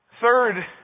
Third